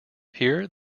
here